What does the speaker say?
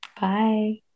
Bye